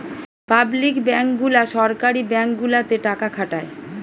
public bank গুলা সরকারি bank গুলাতে টাকা খাটায়